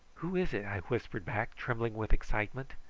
who is it? i whispered back, trembling with excitement.